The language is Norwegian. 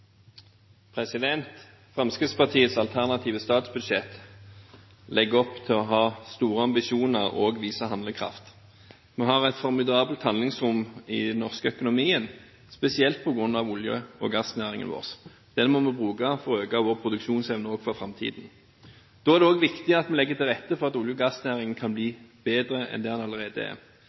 Fremskrittspartiets alternative statsbudsjett legger opp til å ha store ambisjoner og vise handlekraft. Vi har et formidabelt handlingsrom i den norske økonomien, spesielt på grunn av olje- og gassnæringen vår. Den må vi bruke for å øke vår produksjonsevne for framtiden. Da er det viktig at vi legger til rette for at olje- og gassnæringen kan bli bedre enn den allerede er.